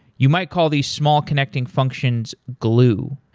you might call the small connecting functions glue.